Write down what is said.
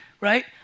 right